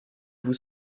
vous